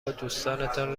بادوستانتان